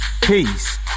Peace